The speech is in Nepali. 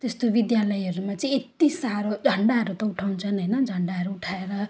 त्यस्तो विद्यालयहरूमा चाहिँ यति साह्रो झन्डाहरू पो उठाउँछन् होइन झन्डाहरू उठाएर